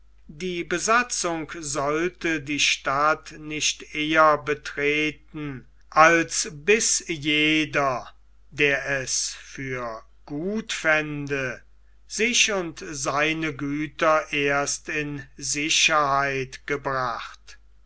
die besatzung sollte die stadt nicht eher betreten als bis jeder der es für gut fände sich und seine güter erst in sicherheit gebracht